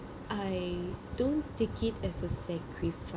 I don't take it as a sacrifice